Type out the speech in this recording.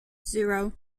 zero